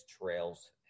trails